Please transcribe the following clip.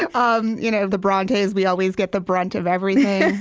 ah um you know the brontes. we always get the brunt of everything.